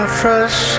fresh